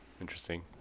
Interesting